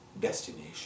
destination